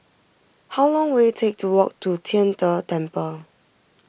how long will it take to walk to Tian De Temple